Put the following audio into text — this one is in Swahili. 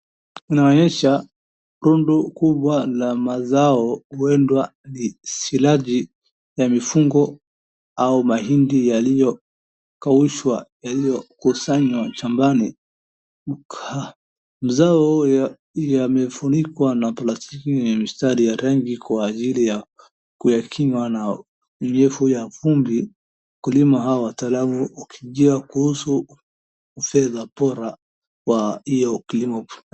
Inaonyesha rundo kubwa la mazao huenda ni silaji ya mifugo au mahindi yaliyokaushwa, yaliyokusanywa shambani. Mazao yamefunikwa na plastiki yenye mistari ya rangi kwa ajili ya kuyakinga na unyevu ya vumbi, wakulima hawa wataalamu wakijua kuhusu ufedha bora wa hiyo kilimo.